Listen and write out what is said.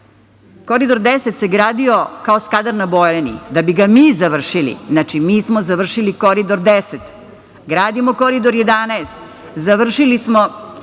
znaju. Koridor 10 se gradio kao Skadar na Bojani, da bi ga mi završili. Znači, mi smo završili Koridor 10, gradimo Koridor 11, završili smo